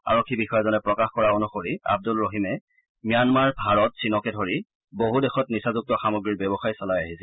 আৰক্ষী বিষয়াজনে প্ৰকাশ কৰা অনুসৰি আব্দুল ৰহিমে ম্যানমাৰ ভাৰত চীনকে ধৰি বছ দেশত নিচাযুক্ত সামগ্ৰীৰ ব্যৱসায় চলাই আহিছিল